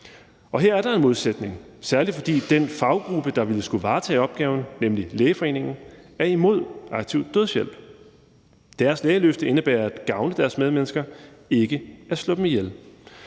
og her er der en modsætning, særlig fordi den faggruppe, der ville skulle varetage opgaven, nemlig Lægeforeningen, er imod aktiv dødshjælp. Deres lægeløfte indebærer at gavne deres medmennesker, ikke at slå dem ihjel.